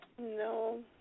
No